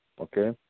Okay